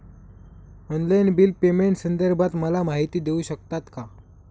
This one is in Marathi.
ऑनलाईन बिल पेमेंटसंदर्भात मला माहिती देऊ शकतात का?